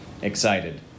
Excited